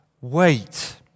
wait